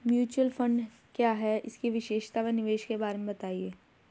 Mutual fund क्या है इसकी विशेषता व निवेश के बारे में बताइये?